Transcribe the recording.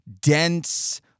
dense